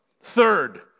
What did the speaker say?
Third